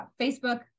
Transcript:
Facebook